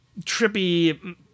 trippy